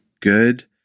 good